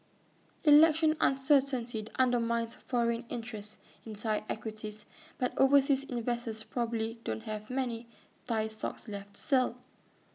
election uncertainty undermines foreign interest in Thai equities but overseas investors probably don't have many Thai stocks left to sell